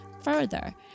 further